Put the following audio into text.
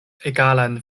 egalan